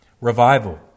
Revival